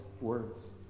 words